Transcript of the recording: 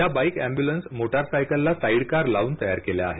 या bike ambulance मोटारसायकलला side car लावून तयार केल्या आहेत